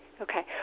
Okay